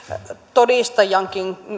todistajankin